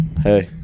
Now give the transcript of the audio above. hey